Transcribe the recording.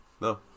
No